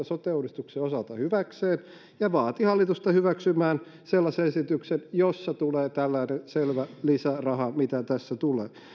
sote uudistuksen osalta hyväkseen ja vaati hallitusta hyväksymään sellaisen esityksen jossa tulee tällainen selvä lisäraha mitä tässä tulee